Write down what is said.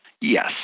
Yes